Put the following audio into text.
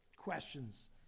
questions